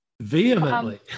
Vehemently